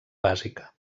bàsica